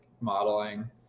modeling